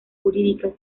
jurídicas